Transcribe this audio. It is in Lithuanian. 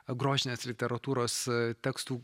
grožinės literatūros tekstų